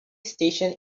station